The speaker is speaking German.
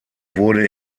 wurde